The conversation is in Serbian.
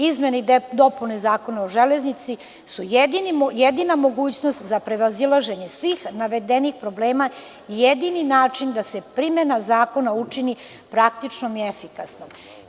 Izmene i dopune Zakona o železnici su jedina mogućnost za prevazilaženje svih navedenih problema i jedini način da se primena zakona učini praktičnom i efikasnom.